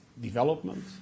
development